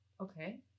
Okay